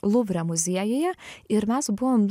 luvre muziejuje ir mes buvom